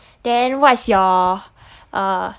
then what's your uh